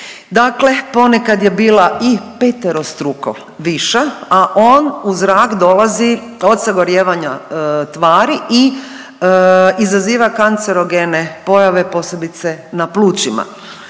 dakle ponekad je bila i peterostruko viša, a on u zrak dolazi od sagorijevanja tvari i izaziva kancerogene pojave, posebno na plućima.